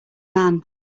man